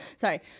Sorry